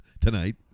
tonight